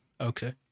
Okay